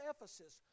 Ephesus